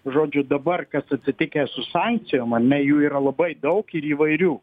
žodžiu dabar kas atsitikę su sankcijom ar ne jų yra labai daug ir įvairių